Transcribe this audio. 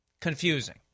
confusing